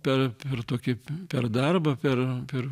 per tokį per darbą per per